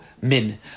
min